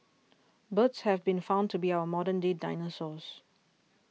birds have been found to be our modern day dinosaurs